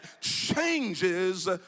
changes